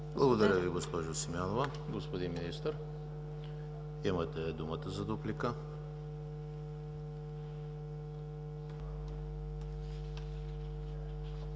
Благодаря Ви, госпожо Симеонова. Господин Министър, имате думата за дуплика.